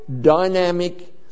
dynamic